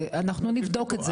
אנחנו נבדוק את זה,